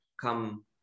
come